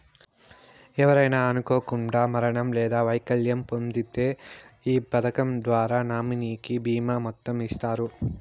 ఎవరైనా అనుకోకండా మరణం లేదా వైకల్యం పొందింతే ఈ పదకం ద్వారా నామినీకి బీమా మొత్తం ఇస్తారు